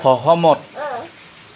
সহমত